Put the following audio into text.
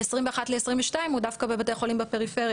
2021 ל-2022 הוא דווקא בבתי החולים בפריפריה,